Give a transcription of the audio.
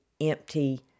empty